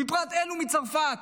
ובפרט לאלו מצרפת: